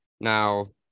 Now